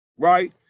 right